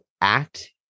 act